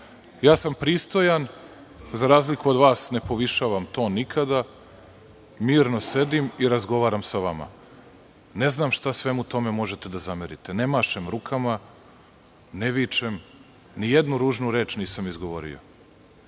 Ja sam pristojan, za razliku od vas ne povišavam ton nikada, mirno sedim i razgovaram sa vama. Ne znam šta svemu tome možete da zamerite. Ne mašem rukama, ne vičem, nijednu ružnu reč nisam izgovorio.